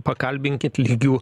pakalbinkit lygių